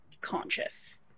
conscious